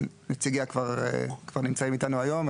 שנציגיה כבר נמצאים איתנו היום.